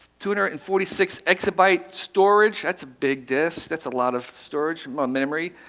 two hundred and forty six exabyte storage. that's a big disk. that's a lot of storage, um memory.